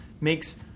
makes